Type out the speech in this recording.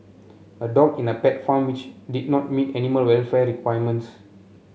a dog in a pet farm which did not meet animal welfare requirements